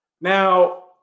Now